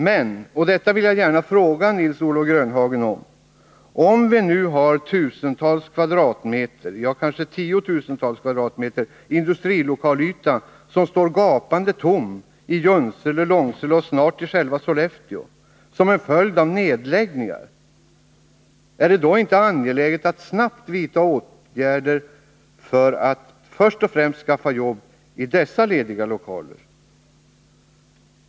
Men jag vill gärna fråga Nils-Olof Grönhagen: Om vi nu har tusentals kvadratmeter — kanske tiotusentals kvadratmeter — industrilokalyta som står gapande tom i Junsele, Långsele och snart i själva Sollefteå som följd av nedläggningar, är det då inte angeläget att snabbt vidta åtgärder för att först och främst skaffa jobb i dessa lediga lokaler?